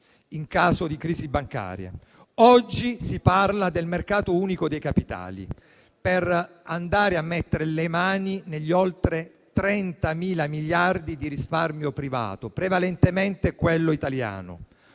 in caso di crisi bancaria. Oggi si parla del mercato unico dei capitali per andare a mettere le mani negli oltre 30.000 miliardi di risparmio privato, prevalentemente quello italiano.